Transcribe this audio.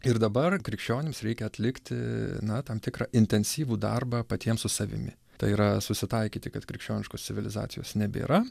ir dabar krikščionims reikia atlikti na tam tikrą intensyvų darbą patiems su savimi tai yra susitaikyti kad krikščioniškos civilizacijos nebėra